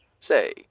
Say